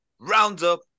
Roundup